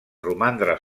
romandre